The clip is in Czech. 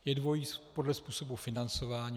Je dvojí, podle způsobu financování.